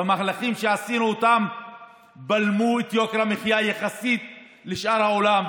והמהלכים שעשינו אותם בלמו את יוקר המחיה יחסית לשאר העולם,